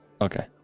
Okay